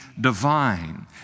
divine